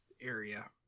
area